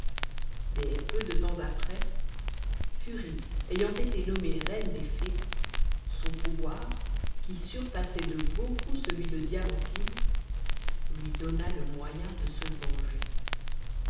mais peu de tems après furie ayant été nommée reine des fées son pouvoir qui surpassait de beaucoup celui de diamantine lui donna le moyen de se venger